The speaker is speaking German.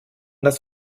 das